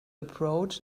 approach